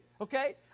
Okay